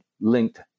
linked